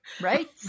Right